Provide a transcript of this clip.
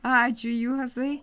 ačiū juozai